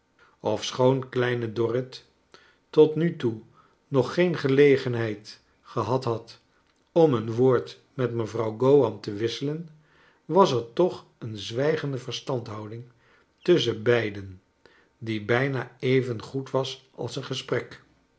ofschoon kleine dorrit tot nu toe nog geen gelegenheid gehad had om een woord met mevrouw gowan te wissclen was er toch een zwijgende verstandhouding tusschen beiden die bijna even goed was als een gesprek